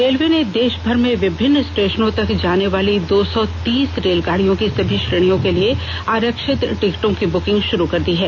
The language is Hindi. रेलवे ने देशभर में विभिन्न स्टेशनों तक जाने वाली दो सौ तीस रेलगाड़ियों की सभी श्रेणियों के लिए आरक्षित टिकटों की ब्रकिंग शुरू कर दी है